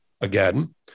again